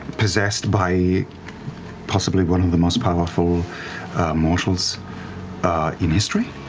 possessed by possibly one of the most powerful mortals in history.